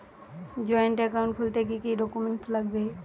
Joint account খুলতে কি কি ডকুমেন্টস লাগবে?